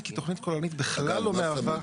כתוכנית כוללנית בכלל או מהווה --- אגב,